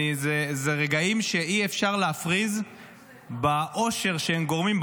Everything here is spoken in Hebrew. אלה רגעים שאי-אפשר להפריז באושר שהם גורמים,